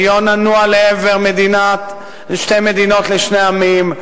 ננוע לעבר שתי מדינות לשני עמים,